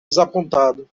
desapontado